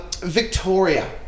Victoria